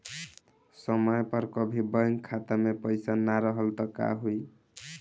समय पर कभी बैंक खाता मे पईसा ना रहल त का होई?